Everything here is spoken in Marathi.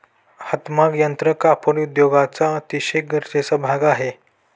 हातमाग यंत्र कापड उद्योगाचा अतिशय गरजेचा भाग आहे